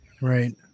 Right